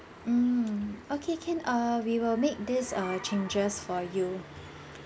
mm okay can err we will make this err changes for you